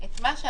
לא.